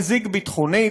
מזיק ביטחונית,